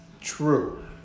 True